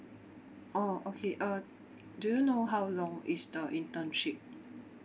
orh okay uh do you know how long is the internship